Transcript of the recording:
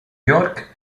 york